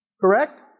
Correct